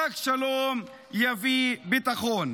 רק שלום יביא ביטחון.